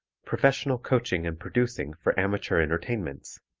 professional coaching and producing for amateur entertainments